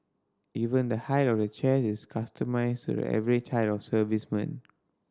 even the height of the chairs is customised average height of servicemen